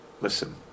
listen